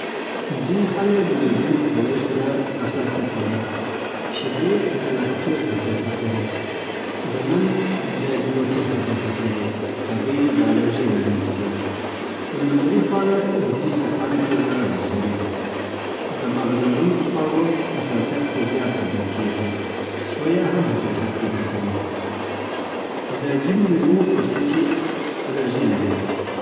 شیدې د لاکتوز حساسیت لري. غنم د ګلوټن حساسیت لري. هګۍ د الرژۍ لامل سي. سمندري خواړه ځینې کسانو ته ضرر رسوي. د مغز لرونکو خواړو حساسیت زیات لیدل کېږي. سویا هم حساسیت پیدا کوي. د ځینو میوو پوستکي الرژي لري